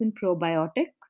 probiotic